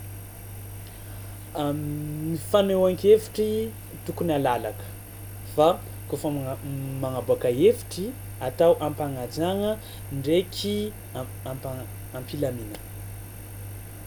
Ny fanehoan-kevitry tokony halalaka fa kaofa magna- m- magnaboàka hevitry atao am-pagnajagna ndraiky am- ampa- am-pilaminana.